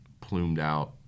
plumed-out